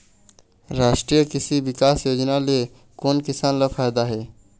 रास्टीय कृषि बिकास योजना ले कोन किसान ल फायदा हे?